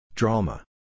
Drama